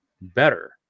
better